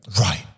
Right